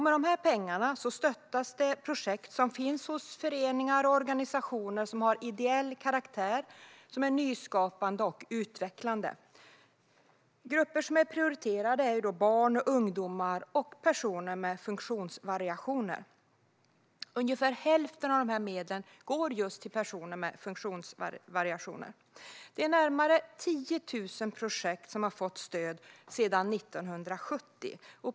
Med dessa pengar stöttas projekt som finns hos föreningar och organisationer med ideell karaktär och som är nyskapande och utvecklande. Grupper som är prioriterade är barn, ungdomar och personer med funktionsvariationer. Ungefär hälften av medlen går just till personer med funktionsvariationer. Det är närmare 10 000 projekt som har fått stöd av Allmänna arvsfonden sedan 1970.